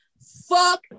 fuck